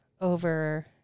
over